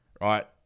right